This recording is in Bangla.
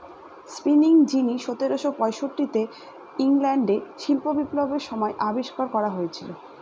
স্পিনিং জিনি সতেরোশো পয়ষট্টিতে ইংল্যান্ডে শিল্প বিপ্লবের সময় আবিষ্কার করা হয়েছিল